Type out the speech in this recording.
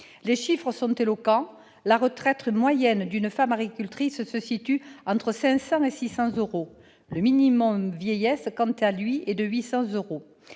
Les chiffres sont éloquents : la retraite moyenne d'une femme agricultrice se situe entre 500 et 600 euros. Le minimum vieillesse, quant à lui, est d'environ 800 euros.